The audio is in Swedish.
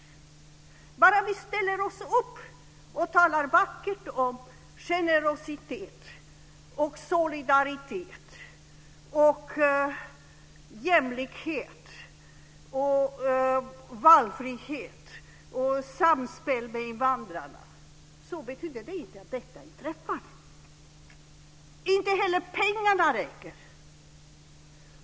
Bara för att vi ställer oss upp och talar vackert om generositet och solidaritet, om jämlikhet, valfrihet och samspel med invandrarna betyder det inte att detta inträffar. Inte heller pengarna räcker.